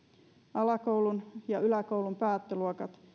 alakoulun ja yläkoulun päättöluokat